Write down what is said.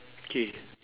K